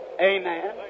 amen